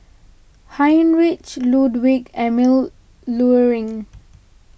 Heinrich Ludwig Emil Luering